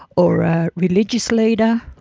or a religious leader,